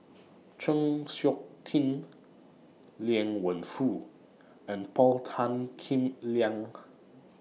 Chng Seok Tin Liang Wenfu and Paul Tan Kim Liang